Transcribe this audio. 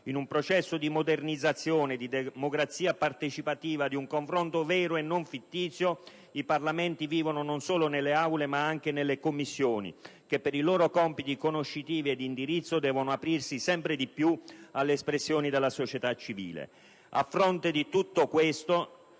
In un processo di modernizzazione e di democrazia partecipativa, di un confronto vero e non fittizio, i Parlamenti vivono non solo nelle Aule ma anche nelle Commissioni che, per i loro compiti conoscitivi e di indirizzo, devono aprirsi sempre di più alle espressioni della società civile.